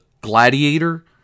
Gladiator